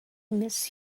miss